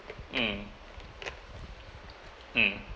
mm mm